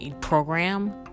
program